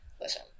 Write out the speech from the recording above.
listen